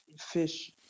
fish